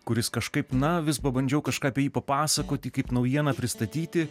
kuris kažkaip na vis pabandžiau kažką apie jį papasakoti kaip naujieną pristatyti